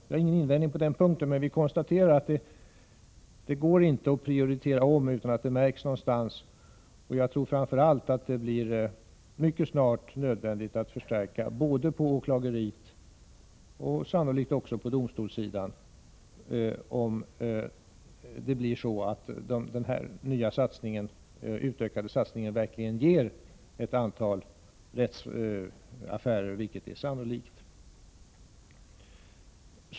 Jag har ingen invändning på den punkten, men vi konstaterar att det går inte att prioritera utan att det märks någonstans. Jag tror framför allt att det mycket snart blir nödvändigt att göra förstärkningar både på åklageriet och sannolikt också på domstolssidan, om det blir så att denna utökade satsning verkligen ger upphov till ett antal rättegångar, vilket är sannolikt.